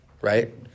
right